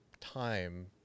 time